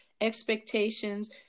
expectations